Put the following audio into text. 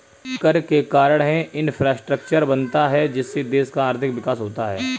कर के कारण है इंफ्रास्ट्रक्चर बनता है जिससे देश का आर्थिक विकास होता है